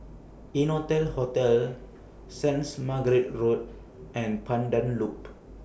Innotel Hotel Saints Margaret's Road and Pandan Loop